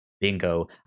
bingo